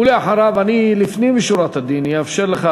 אני לפנים משורת הדין אאפשר לך,